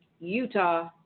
Utah